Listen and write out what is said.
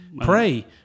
pray